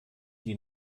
die